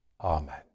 amen